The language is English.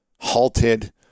halted